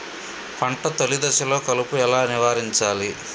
పంట తొలి దశలో కలుపు ఎలా నివారించాలి?